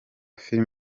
film